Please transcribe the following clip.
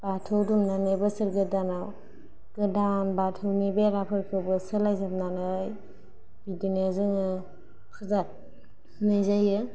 बाथौ दुमनानै बोसोर गोदानआव गोदान बाथौनि बेराफोरखौबो सोलायजोबनानै बिदिनो जोङो फुजा होनाय जायो